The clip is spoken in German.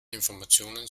informationen